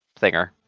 thinger